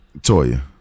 Toya